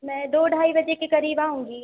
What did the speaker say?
मैं दो ढाई बजे के करीब आऊँगी